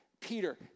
Peter